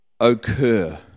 occur